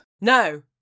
No